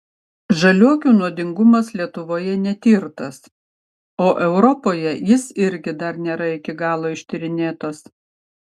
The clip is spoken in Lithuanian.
žaliuokių nuodingumas lietuvoje netirtas o europoje jis irgi dar nėra iki galo ištyrinėtas